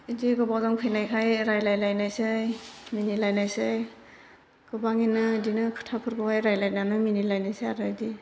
बेदि गोबावजों फैनायखाय रायज्लायलायनोसै मिनिलायनोसै गोबाङैनो बेदिनो खोथाफोरखौहाय रायज्लायनानै मिनिलायनोसै आरो बेदि